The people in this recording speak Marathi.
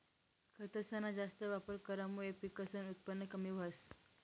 खतसना जास्त वापर करामुये पिकसनं उत्पन कमी व्हस